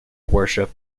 worship